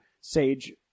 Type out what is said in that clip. Sage